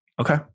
Okay